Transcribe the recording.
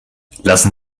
lassen